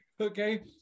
okay